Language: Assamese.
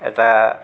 এটা